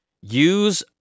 use